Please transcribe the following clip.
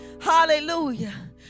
Hallelujah